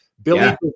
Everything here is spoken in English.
Billy